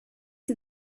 are